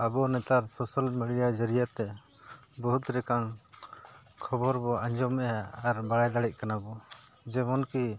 ᱟᱵᱚ ᱱᱮᱛᱟᱨ social media ᱡᱟᱹᱨᱤᱭᱟ ᱛᱮ ᱵᱚᱦᱩᱛ ᱨᱮᱠᱟᱱ ᱠᱷᱚᱵᱚᱨ ᱵᱚ ᱟᱸᱡᱚᱢᱮᱜᱼᱟ ᱟᱨ ᱵᱟᱲᱟᱭ ᱫᱟᱲᱮᱭᱟᱜ ᱠᱟᱱᱟ ᱵᱚ ᱡᱮᱢᱚᱱ ᱠᱤ